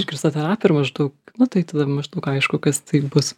išgirsta terapija ir maždaug nu tai tada maždaug aišku kas tai bus